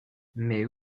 mais